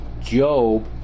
Job